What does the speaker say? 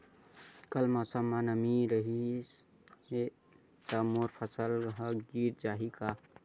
कल मौसम म नमी रहिस हे त मोर फसल ह गिर जाही का?